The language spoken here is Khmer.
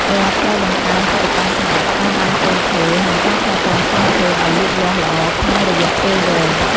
រដ្ឋត្រូវបង្កើនថវិកាសម្រាប់ការដាំកូនឈើ និងការថែទាំកូនឈើឱ្យលូតលាស់ល្អក្នុងរយៈពេលវែង។